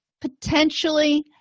potentially